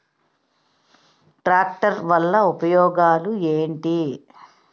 Tractor వల్ల ఉపయోగాలు ఏంటీ?